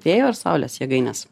vėjo ir saulės jėgainės